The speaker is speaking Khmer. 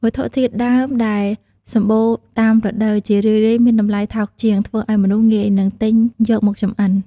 វត្ថុធាតុដើមដែលសម្បូរតាមរដូវ ជារឿយៗមានតម្លៃថោកជាង ធ្វើឱ្យមនុស្សងាយនឹងទិញយកមកចម្អិន។